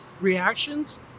reactions